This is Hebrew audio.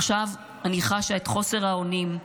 עכשיו אני חשה את חוסר האונים,